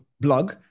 blog